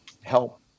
help